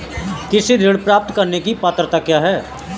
कृषि ऋण प्राप्त करने की पात्रता क्या है?